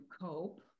cope